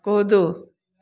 कुदू